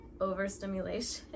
overstimulation